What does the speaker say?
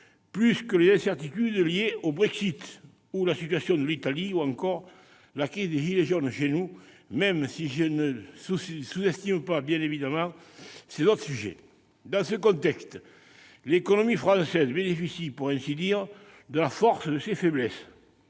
plus que les incertitudes liées au Brexit, la situation de l'Italie ou encore la crise des « gilets jaunes » chez nous, même si je ne sous-estime bien évidemment pas ces autres sujets. Dans ce contexte, l'économie française bénéficie, pour ainsi dire, de la force de ses faiblesses.